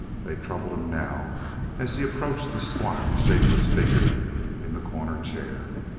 they troubled him now as he approached the squat, shapeless figure in the corner chair.